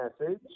message